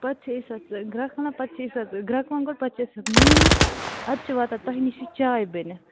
پَتہٕ چھِ أسۍ اَتھ گرٛٮ۪کھ اَنان پَتہٕ چھِ أسۍ اَتھ گرٛٮ۪کوَن گۄڈٕ پَتہٕ چھِ أسۍ اَتھ نوٗن وُچھان اَدٕ چھِ واتان تۄہہِ نِش یہِ چاے بٔنِتھ